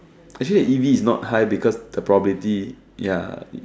actually easy is not high because the probability ya